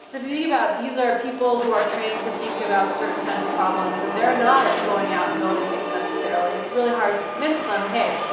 so if you think about these are people who are trained to think about certain kinds of problems and they're not going out and building things necessarily, it's really hard to convince them, hey,